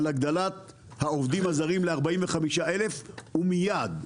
על הגדלת העובדים הזרים ל-45,000, ומיד.